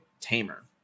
tamer